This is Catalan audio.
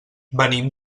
venim